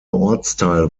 ortsteil